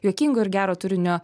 juokingo ir gero turinio